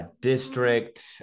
District